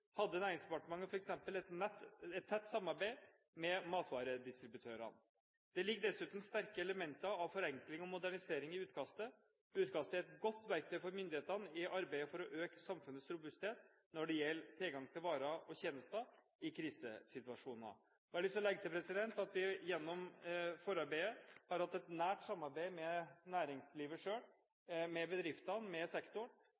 hadde Næringsdepartementet f.eks. et tett samarbeid med matvaredistributørene. Det ligger dessuten sterke elementer av forenkling og modernisering i utkastet. Utkastet er et godt verktøy for myndighetene i arbeidet for å øke samfunnets robusthet når det gjelder tilgang til varer og tjenester i krisesituasjoner. Jeg har lyst til å legge til at vi gjennom forarbeidet har hatt et nært samarbeid med næringslivet selv, med bedriftene og med sektoren,